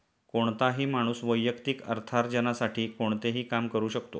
कोणताही माणूस वैयक्तिक अर्थार्जनासाठी कोणतेही काम करू शकतो